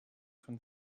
von